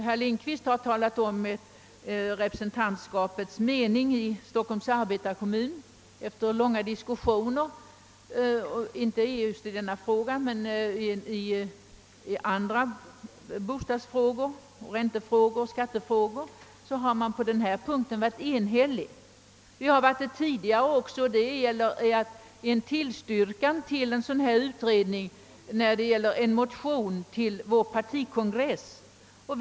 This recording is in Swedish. Herr Lindkvist har redogjort för den mening som representantskapet i Stockholms arbetarkommun enades om efter långa diskussioner, inte i denna fråga men i andra bostadsfrågor, räntefrågor och skattefrågor. Man har alltså på denna punkt varit enhällig. Det har vi också varit tidigare när det gällt att tillstyrka en motion till vår partikongress om en sådan utredning.